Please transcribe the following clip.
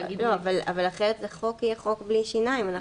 לא, אבל אחרת החוק יהיה חוק בלי שיניים.